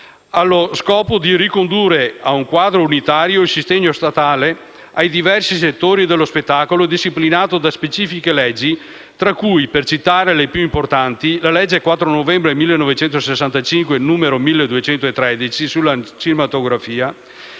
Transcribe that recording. allo scopo di ricondurre a un quadro unitario il sostegno statale ai diversi settori dello spettacolo disciplinato da specifiche leggi tra cui, per citare le più importanti, la legge 4 novembre 1965, n. 1213, sulla cinematografia